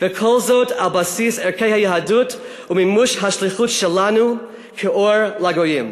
וכל זאת על בסיס ערכי היהדות ומימוש השליחות שלנו כאור לגויים.